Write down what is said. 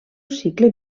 cicle